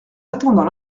attendant